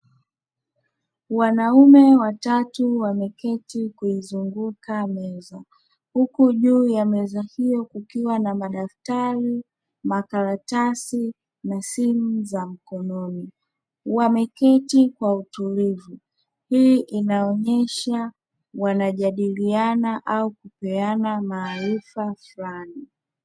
Wanaume watatu wameketi kuzunguka meza. Huku juu ya meza hiyo kukiwa na madaftari, makaratasi, na simu za mkononi. Wameketi kwa utulivu. Hii inaonesha wanajadiliana au kupeana maarifa fulani.